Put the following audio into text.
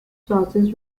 sauces